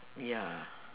ya